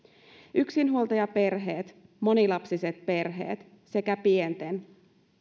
yksinhuoltajaperheet monilapsiset perheet sekä pienten